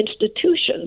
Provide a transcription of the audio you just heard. institutions